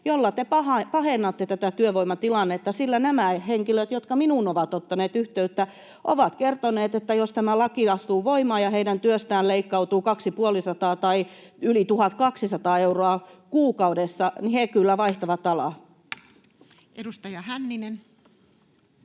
jolla te pahennatte tätä työvoimatilannetta, sillä nämä henkilöt, jotka minuun ovat ottaneet yhteyttä, ovat kertoneet, että jos tämä laki astuu voimaan ja heidän työstään leikkautuu kaksi- ja puolisataa — tai yli 1 200 — euroa kuukaudessa, niin he kyllä vaihtavat alaa. Edustaja Hänninen.